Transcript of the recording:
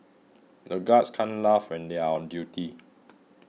the guards can't laugh when they are on duty